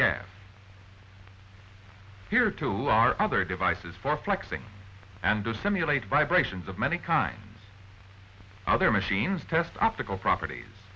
gaff here to our other devices for flexing and to simulate vibrations of many kinds other machines test optical properties